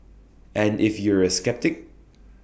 and if you're A sceptic